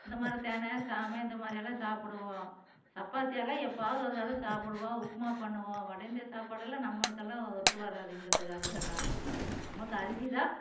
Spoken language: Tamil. இந்த மாதிரி தெனை சாமை இந்த மாதிரியெல்லாம் சாப்பிடுவோம் சப்பாத்தி எல்லாம் எப்பாவாது ஒரு தடவை சாப்பிடுவோம் உப்புமா பண்ணுவோம் வட இந்திய சாப்பாடெல்லாம் நம்மளுக்கெல்லாம் ஒத்து வராது இங்கேத்துகாருக்கெல்லாம் நமக்கு அரிசி தான்